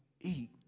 eat